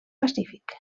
pacífic